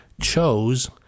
chose